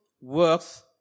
works